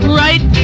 right